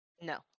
No